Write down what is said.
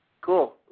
Cool